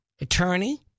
attorney